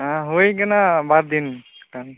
ᱚᱸ ᱦᱩᱭᱟᱠᱟᱱᱟ ᱵᱟᱨ ᱫᱤᱱ ᱜᱟᱱ